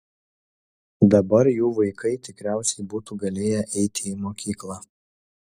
dabar jų vaikai tikriausiai būtų galėję eiti į mokyklą